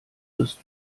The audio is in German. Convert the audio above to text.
wirst